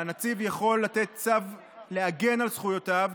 והנציב יכול לתת צו להגן על זכויותיו,